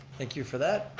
thank you for that,